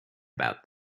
about